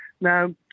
now